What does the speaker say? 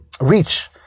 reach